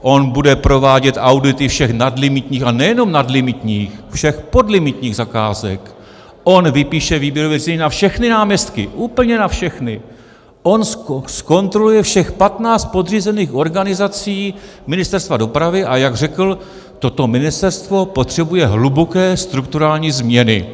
On bude provádět audity všech nadlimitních, a nejenom nadlimitních, i všech podlimitních zakázek, on vypíše výběrové řízení na všechny náměstky, úplně na všechny, on zkontroluje všech patnáct podřízených organizací Ministerstva dopravy, a jak řekl, toto ministerstvo potřebuje hluboké strukturální změny.